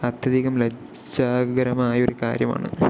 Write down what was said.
അത്യധികം ലജ്ജാകരമായ ഒരു കാര്യമാണ്